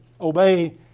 obey